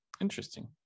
Interesting